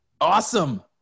Awesome